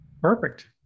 Perfect